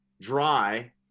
dry